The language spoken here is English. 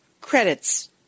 Credits